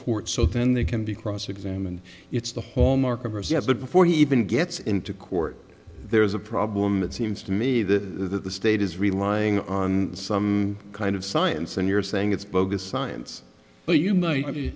court so then they can be cross examined it's the hall mark of the before he even gets into court there's a problem it seems to me the state is relying on some kind of science and you're saying it's bogus science but you might